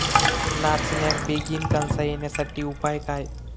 नाचण्याक बेगीन कणसा येण्यासाठी उपाय काय?